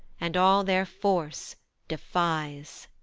and all their force defies.